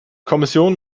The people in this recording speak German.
kommission